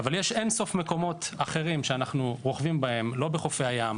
אבל יש אין-סוף מקומות אחרים שאנחנו רוכבים בהם לא בחופי הים,